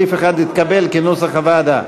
סעיף 1 התקבל כנוסח הוועדה.